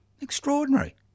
Extraordinary